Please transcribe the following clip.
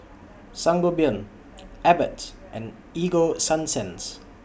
Sangobion Abbott and Ego Sunsense